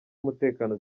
umutekano